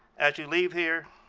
as you leave here,